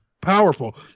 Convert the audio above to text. powerful